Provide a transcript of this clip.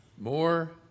more